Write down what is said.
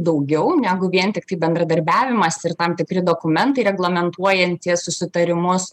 daugiau negu vien tiktai bendradarbiavimas ir tam tikri dokumentai reglamentuojantys susitarimus